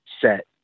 set